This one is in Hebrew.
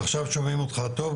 עכשיו שומעים אותך טוב,